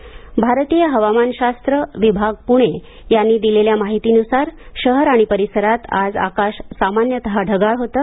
हवामान भारतीय हवामान शास्त्र विभाग पुणे यांनी दिलेल्या माहितीनुसार शहर आणि परिसरात आज आकाश सामान्यतः ढगाळ होतं